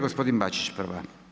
Gospodin Bačić prva.